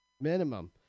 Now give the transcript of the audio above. Minimum